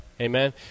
Amen